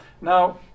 Now